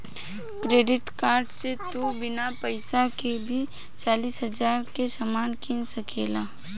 credit card से तू बिना पइसा के भी चालीस हज़ार के सामान किन सकेल